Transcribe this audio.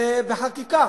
בחקיקה